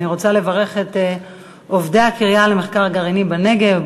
אני רוצה לברך את עובדי הקריה למחקר גרעיני בנגב.